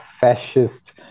fascist